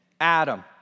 Adam